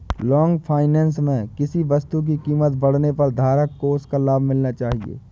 long finance में किसी वस्तु की कीमत बढ़ने पर धारक को उसका लाभ मिलना चाहिए